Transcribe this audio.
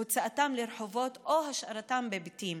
הוצאתם לרחובות או השארתם בבתים,